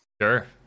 Sure